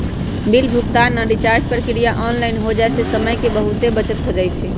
bill भुगतान आऽ recharge प्रक्रिया ऑनलाइन हो जाय से समय के बहुते बचत हो जाइ छइ